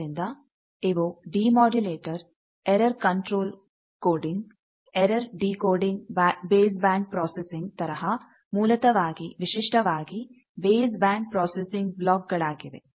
ಆದ್ದರಿಂದ ಇವು demodulator error control coding error decoding base band processing ತರಹ ಮೂಲತಃವಾಗಿ ವಿಶಿಷ್ಟವಾಗಿ ಬೇಸ್ ಬ್ಯಾಂಡ್ ಪ್ರೊಸೆಸಿಂಗ್ ಬ್ಲಾಕ್ಗಳಾಗಿವೆ